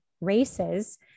races